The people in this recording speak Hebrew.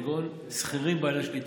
כגון שכירים בעלי שליטה.